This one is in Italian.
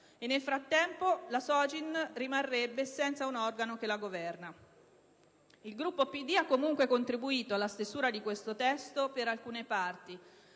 nel frattempo la Sogin rimarrebbe senza un organo che la governa. Il Gruppo del PD ha comunque contribuito alla stesura di questo testo per alcune parti.